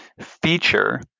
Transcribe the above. feature